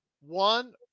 one